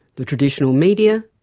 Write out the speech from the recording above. the traditional media,